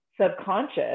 subconscious